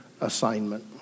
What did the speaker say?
assignment